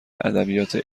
ادبیات